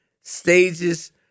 Stages